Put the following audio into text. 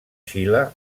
xile